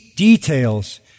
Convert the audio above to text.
details